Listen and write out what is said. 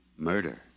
Murder